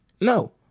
No